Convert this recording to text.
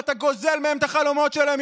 ואתה גוזל מהם את החלומות שלהם,